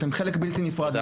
אתם חלק בלתי נפרד מאיתנו.